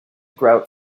grout